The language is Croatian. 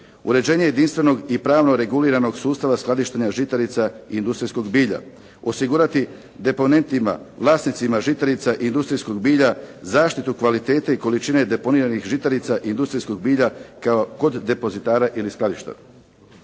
uređenje jedinstvenog i pravno reguliranog sustava skladištenja žitarica i industrijskog bilja, osigurati deponentima vlasnicima žitarica i industrijskog bilja, zaštitu kvalitete i količine deponiranih žitarica i industrijskog bilja kao kod depozitara ili skladištara.